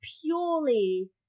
purely